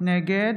נגד